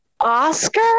Oscar